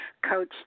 Coach